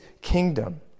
kingdom